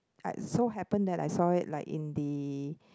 I so happen that I saw it like in the